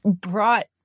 brought